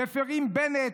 מפירים בנט,